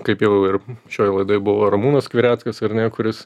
kaip jau ir šioj laidoj buvo ramūnas skvireckas ar ne kuris